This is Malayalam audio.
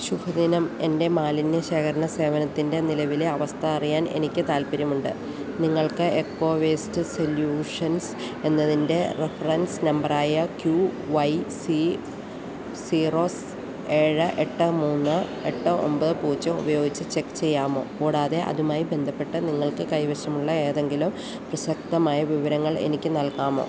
ശുഭദിനം എൻ്റെ മാലിന്യ ശേഖരണ സേവനത്തിൻ്റെ നിലവിലെ അവസ്ഥ അറിയാൻ എനിക്ക് താല്പര്യമുണ്ട് നിങ്ങൾക്ക് എക്കോ വേസ്റ്റ് സൊല്യൂഷൻസ് എന്നതിൻ്റെ റഫറൻസ് നമ്പറായ ക്യൂ വൈ സി സീറോസ് ഏഴ് എട്ട് മൂന്ന് എട്ട് ഒമ്പത് പൂജ്യം ഉപയോഗിച്ചു ചെക്ക് ചെയ്യാമോ കൂടാതെ അതുമായി ബന്ധപ്പെട്ട നിങ്ങൾക്ക് കൈവശമുള്ള ഏതെങ്കിലും പ്രസക്തമായ വിവരങ്ങൾ എനിക്ക് നൽകാമോ